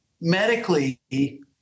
medically